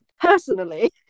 personally